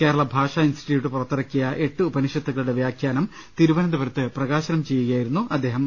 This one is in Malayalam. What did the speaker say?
കേരള ഭാഷാ ഇൻസ്റ്റിറ്റ്യൂട്ട് പുറത്തിറക്കിയ എട്ട് ഉപനിഷത്തുകളുടെ വ്യാഖ്യാനം തിരു വനന്തപുരത്ത് പ്രകാശനം ചെയ്യുകയായിരുന്നു അദ്ദേഹം